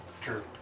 True